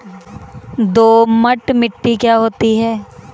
दोमट मिट्टी क्या होती हैं?